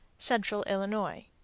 central illinois.